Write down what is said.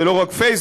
זה לא רק פייסבוק,